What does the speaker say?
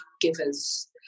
givers